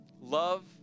love